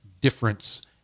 difference